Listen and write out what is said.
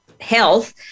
health